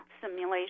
simulation